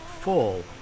full